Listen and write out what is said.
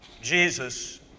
Jesus